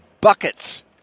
buckets